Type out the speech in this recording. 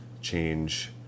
Change